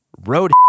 Road